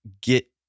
get